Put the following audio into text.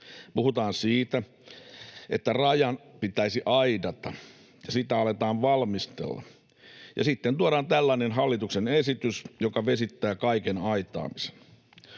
Puhutaan siitä, että raja pitäisi aidata, ja sitä aletaan valmistella, ja sitten tuodaan tällainen hallituksen esitys, joka vesittää kaiken aitaamisen.